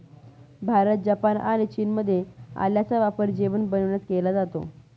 Bharat, Japan आणि चीनमध्ये आल्याचा वापर जेवण बनविण्यात केला जातो